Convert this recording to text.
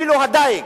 אפילו הדיג,